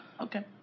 Okay